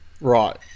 Right